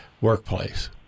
workplace